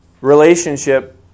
relationship